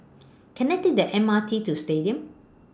Can I Take The M R T to Stadium